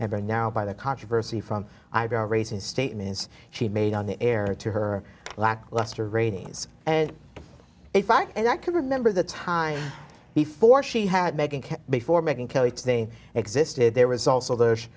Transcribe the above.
ever now by the controversy from eyebrow raising statements she made on the air to her lackluster ratings and if i can i can remember the time before she had meghan before making kelly today existed there was also th